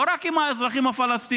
לא רק עם האזרחים הפלסטינים,